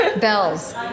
Bells